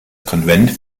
konvent